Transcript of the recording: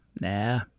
Nah